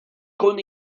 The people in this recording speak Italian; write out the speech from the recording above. con